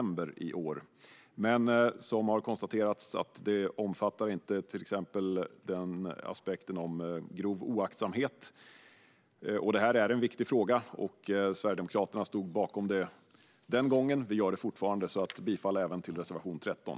Men som har konstaterats omfattar det till exempel inte aspekten grov oaktsamhet, som är en viktig fråga. Sverigedemokraterna stod bakom detta den gången och gör det även nu, så jag yrkar bifall till reservation 13.